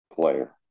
player